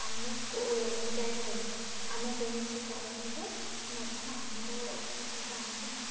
ଆମେ ଯାଇଥାଉ ଆମେ କୌଣସି କାରଣରୁ ମଧ୍ୟ ଆମର ଗାଁରେ ମ